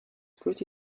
pretty